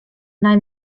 nei